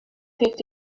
picked